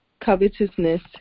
covetousness